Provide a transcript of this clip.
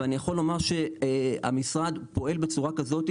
ואני יכול לומר שהמשרד פועל בצורה כזאת,